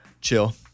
Chill